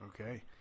okay